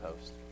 post